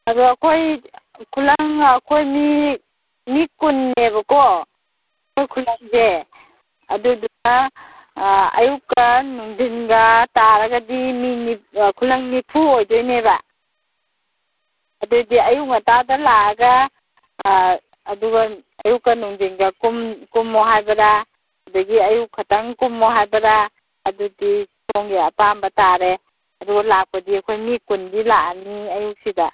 ꯑꯗꯣ ꯑꯩꯈꯣꯏ ꯈꯨꯂꯪ ꯑꯩꯈꯣꯏ ꯃꯤ ꯃꯤ ꯀꯨꯟꯅꯦꯕꯀꯣ ꯑꯩꯈꯣꯏ ꯈꯨꯂꯪꯁꯦ ꯑꯗꯨꯗꯨꯒ ꯑꯌꯨꯛꯀ ꯅꯨꯡꯊꯤꯟꯒ ꯇꯥꯔꯒꯗꯤ ꯃꯤ ꯈꯨꯂꯪ ꯅꯤꯐꯨ ꯑꯣꯏꯗꯣꯏꯅꯦꯕ ꯑꯗꯩꯗꯤ ꯑꯌꯨꯛ ꯉꯟꯇꯥꯗ ꯂꯥꯛꯑꯒ ꯑꯗꯨꯒ ꯑꯌꯨꯛꯀ ꯅꯨꯡꯊꯤꯟꯒ ꯀꯨꯝꯃꯣ ꯍꯥꯏꯕꯔꯥ ꯑꯗꯒꯤ ꯑꯌꯨꯛ ꯈꯛꯇꯪ ꯀꯨꯝꯃꯣ ꯍꯥꯏꯕꯔꯥ ꯑꯗꯨꯗꯤ ꯁꯣꯝꯒꯤ ꯑꯄꯥꯝꯕ ꯇꯥꯔꯦ ꯑꯗꯨꯒ ꯂꯥꯛꯄꯗꯤ ꯑꯩꯈꯣꯏ ꯃꯤ ꯀꯨꯟꯗꯤ ꯂꯥꯛꯑꯅꯤ ꯑꯌꯨꯛꯁꯤꯗ